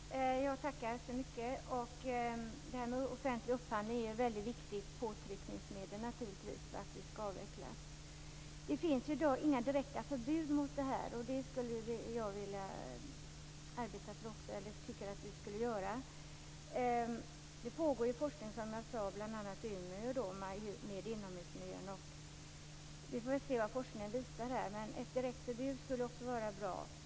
Fru talman! Jag tackar så mycket för det. Det här med offentlig upphandling är naturligtvis ett väldigt viktigt påtryckningsmedel för en avveckling. Det finns i dag inga direkta förbud i sammanhanget så det tycker jag att vi bör arbeta för. Som jag tidigare sagt pågår forskning bl.a. i Umeå när det gäller inomhusmiljön. Vi får väl se vad den forskningen visar på. Ett direktförbud skulle vara bra.